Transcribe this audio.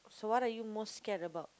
so what are you most scared about